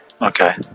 Okay